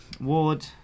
Ward